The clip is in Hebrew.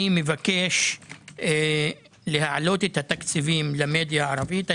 אני מבקש להעלות את התקציבים למדיה הערבית.